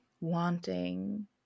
wanting